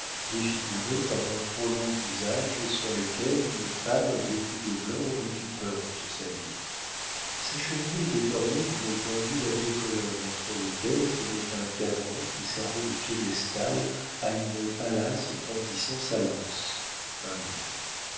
défigurés par un trop long usage et sur lesquels une femme vêtue de blanc aurait eu peur de se salir sa cheminée était ornée d'une pendule à deux colonnes entre lesquelles tenait un cadran qui servait de piédestal à une pallas brandissant sa lance